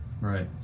Right